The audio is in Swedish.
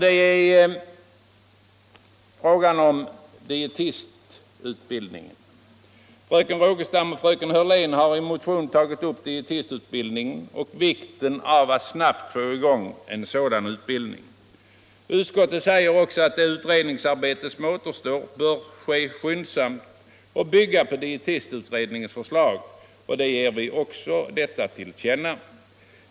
Det gäller dietistutbildningen. Fröken Rogestam och fröken Hörlén har i en motion tagit upp dietistutbildningen och pekat på vikten av att snabbt få i gång en sådan utbildning. Utskottet säger också att det utredningsarbete som återstår bör ske skyndsamt och bygga på dietistutredningens förslag, och utskottet föreslår att riksdagen som sin mening ger regeringen detta till känna.